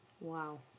Wow